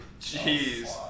Jeez